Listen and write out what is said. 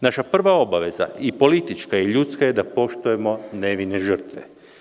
Naša prva obaveza i politička i ljudska je da poštujemo nevine žrtve.